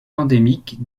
endémique